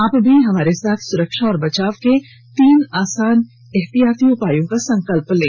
आप भी हमारे साथ सुरक्षा और बचाव के तीन आसान एहतियाती उपायों का संकल्प लें